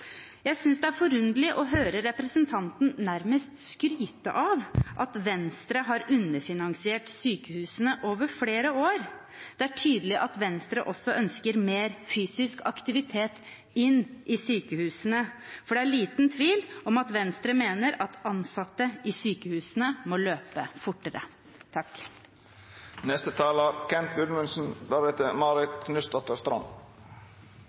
Jeg synes det er forunderlig å høre representanten nærmest skryte av at Venstre har underfinansiert sykehusene over flere år. Det er tydelig at Venstre også ønsker mer fysisk aktivitet i sykehusene, for det er liten tvil om at Venstre mener at ansatte i sykehusene må løpe fortere.